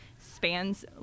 spans